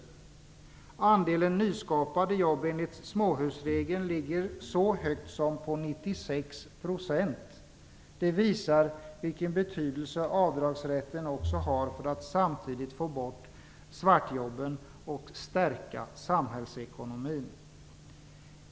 Andelen nyskapade jobb enligt småhusregeln ligger så högt som på 96 %. Det visar vilken betydelse avdragsrätten också har för att samtidigt få bort svartjobben och stärka samhällsekonomin.